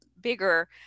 bigger